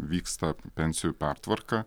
vyksta pensijų pertvarka